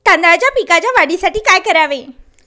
तांदळाच्या पिकाच्या वाढीसाठी काय करावे?